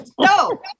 No